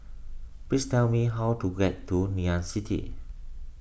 please tell me how to get to Ngee Ann City